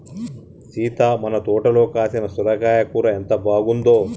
సీత మన తోటలో కాసిన సొరకాయ కూర ఎంత బాగుందో